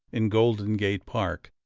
in golden gate park,